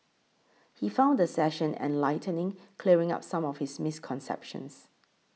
he found the session enlightening clearing up some of his misconceptions